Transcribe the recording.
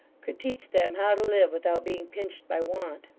could teach them how to live without being pinched by want.